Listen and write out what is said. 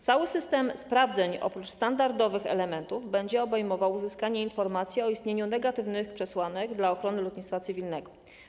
Cały system sprawdzeń, oprócz standardowych elementów, będzie obejmował uzyskanie informacji o istnieniu negatywnych przesłanek dla ochrony lotnictwa cywilnego.